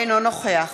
אינו נוכח